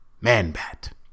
man-bat